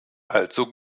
also